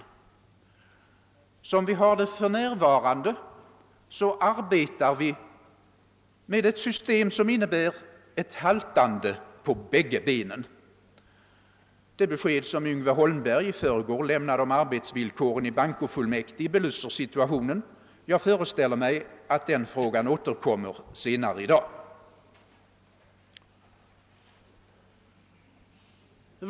Som vi har det för närvarande arbetar vi med ett system som innebär ett haltande på bägge benen. Det besked som Yngve Holmberg i förrgår lämnade om arbetsvillkoren i bankofullmäktige belyser situationen. Jag föreställer mig att den frågan återkommer senare i dag.